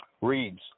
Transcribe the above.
reads